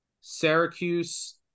Syracuse